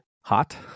hot